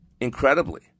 incredibly